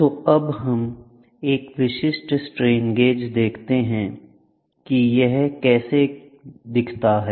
तो अब हम एक विशिष्ट स्ट्रेन गेज देखते हैं कि यह कैसा दिखता है